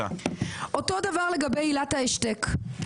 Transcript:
אותו דבר לגבי עילת ההשתק.